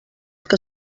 que